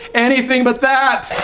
anything but that!